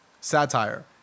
satire